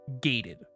gated